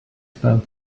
about